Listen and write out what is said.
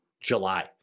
July